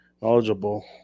knowledgeable